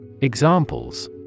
Examples